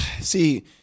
see